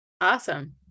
awesome